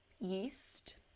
yeast